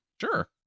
Sure